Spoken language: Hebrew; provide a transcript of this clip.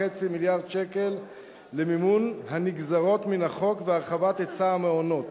מיליארד שקל למימון הנגזרות מן החוק והרחבת היצע המעונות